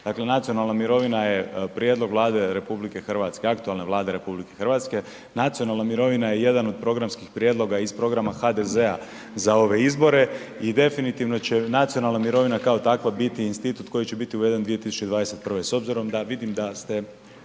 Dakle nacionalna mirovina je prijedlog Vlade RH, aktualne Vlade RH, nacionalna mirovina je jedan od programskih prijedloga iz programa HDZ-a za ove izbore i definitivno će nacionalna mirovina kao takva biti institut koji će biti uveden 2021. S obzirom da vidim da ste